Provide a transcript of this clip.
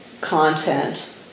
content